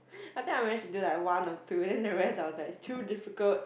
I think I manage to do like one or two and then the rest are that is too difficult